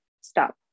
stop